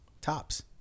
tops